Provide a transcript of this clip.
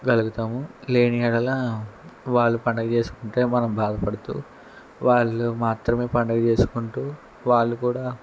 కలుగుతాము లేని ఎడలా వాళ్ళు పండుగ చేసుకుంటే మనం బాధపడుతూ వాళ్ళు మాత్రమే పండుగ చేసుకుంటూ వాళ్ళు కూడా